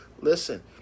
listen